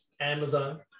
Amazon